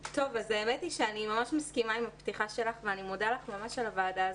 אני ממש מסכימה עם הפתיחה שלך ואני מודה לך מאוד על הישיבה הזאת,